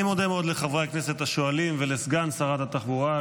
אני מודה מאוד לחברי הכנסת השואלים ולסגן שרת התחבורה,